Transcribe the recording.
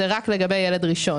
זה רק לגבי ילד ראשון.